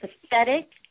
pathetic